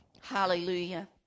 hallelujah